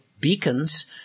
beacons